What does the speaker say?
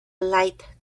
light